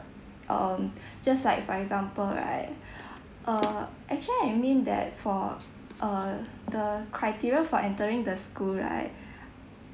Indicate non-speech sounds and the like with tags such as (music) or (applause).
um just like for example right (breath) uh actually I mean that for uh the criteria for entering the school right